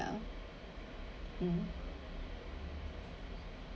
um